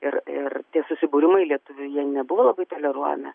ir ir tie susibūrimai lietuvių jie nebuvo labai toleruojami